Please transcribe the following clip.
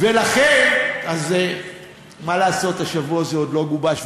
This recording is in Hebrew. מה לעשות, השבוע זה עוד לא גובש.